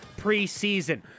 preseason